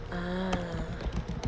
ah